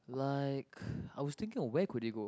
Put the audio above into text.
like I was thinking of where could they go